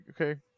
okay